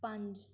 ਪੰਜ